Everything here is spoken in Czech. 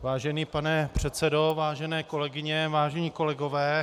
Vážený pane předsedo, vážené kolegyně, vážení kolegové.